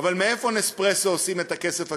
אבל מאיפה "נספרסו" עושים את הכסף הגדול?